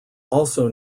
also